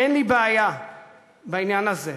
אין לי בעיה בעניין הזה,